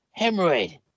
hemorrhoid